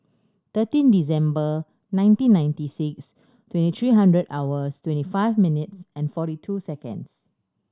thirteen December nineteen ninety six twenty three hundred hours twenty five minutes and forty two seconds